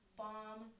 bomb